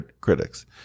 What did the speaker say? critics